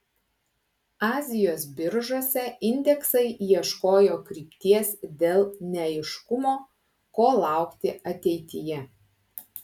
azijos biržose indeksai ieškojo krypties dėl neaiškumo ko laukti ateityje